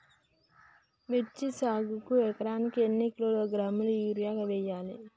మిర్చి సాగుకు ఎకరానికి ఎన్ని కిలోగ్రాముల యూరియా వేయాలి?